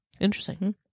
Interesting